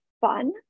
fun